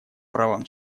правам